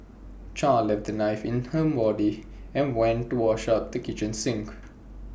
char left the knife in her body and went to wash up at the kitchen sink